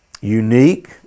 unique